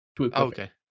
okay